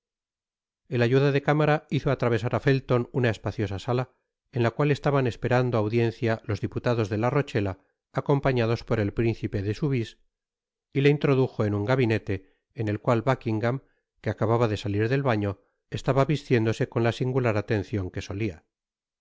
et ayuda de cámara hizo atravesar á fellon una espaciosa sala en la cual estaban esperando audiencia los diputados de la rochela acompasados por el principe de soubise y le introdujo en un gabinete en el cual buckingam que acababa de salir del baño estaba vistiéndose con la singular atencion que solia